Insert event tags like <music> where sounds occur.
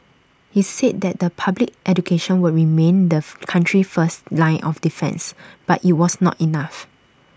he said that the public education were remain the <noise> country's first line of defence but IT was not enough